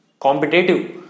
competitive